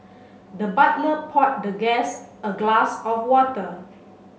the butler poured the guest a glass of water